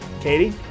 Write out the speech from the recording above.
Katie